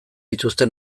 dituzte